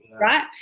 Right